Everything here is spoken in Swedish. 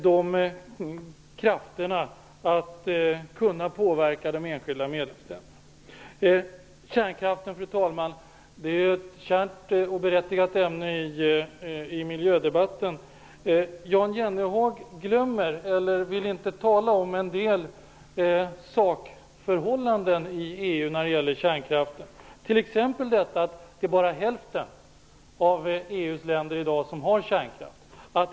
Där finns krafter för att kunna påverka de enskilda medlemsländerna. Fru talman! Kärnkraften är ett kärt och berättigat ämne i miljödebatten. Jan Jennehag glömmer eller vill inte tala om en del sakförhållanden i EU när det gäller kärnkraften. Det är t.ex. bara hälften av EU:s länder i dag som har kärnkraft.